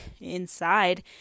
inside